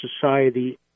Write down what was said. society